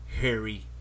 Harry